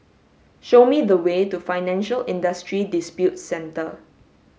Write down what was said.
show me the way to Financial Industry Disputes Center